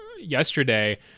yesterday